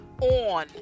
on